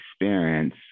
experience